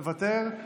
מוותר,